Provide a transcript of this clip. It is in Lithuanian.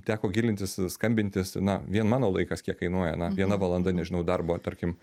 teko gilintis skambintis na vien mano laikas kiek kainuoja na viena valanda nežinau darbo tarkim